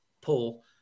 Paul